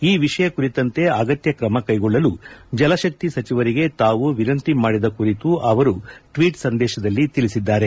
ಈ ವಿಷಯದ ಕುರಿತಂತೆ ಅಗತ್ಯ ಕ್ರಮ ಕೈಗೊಳ್ಳಲು ಜಲಶಕ್ತಿ ಸಚಿವರಿಗೆ ತಾವು ವಿನಂತಿ ಮಾಡಿದ ಕುರಿತು ಅವರು ಟ್ವೀಟ್ ಸಂದೇಶದಲ್ಲಿ ತಿಳಿಸಿದ್ದಾರೆ